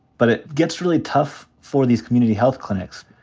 but it gets really tough for these community health clinics.